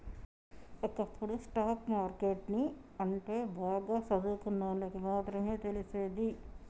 ఒకప్పుడు stock market ని అంటే బాగా సదువుకున్నోల్లకి మాత్రమే తెలిసేది